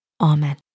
Amen